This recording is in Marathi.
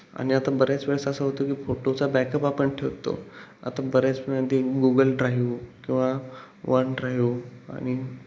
आणि आता बऱ्याच वेळेस असं होतं की फोटोचा बॅकअप आपण ठेवतो आता बऱ्याचमध्ये गुगल ड्राईव किंवा वन ड्राईव आणि